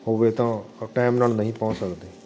ਹੋਵੇ ਤਾਂ ਟਾਈਮ ਨਾਲ ਨਹੀਂ ਪਹੁੰਚ ਸਕਦੇ